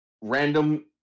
random